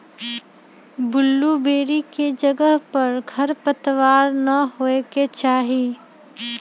blueberry के जगह पर खरपतवार न होए के चाहि